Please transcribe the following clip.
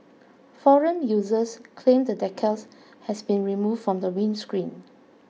forum users claimed the decal has been removed from the windscreen